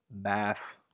math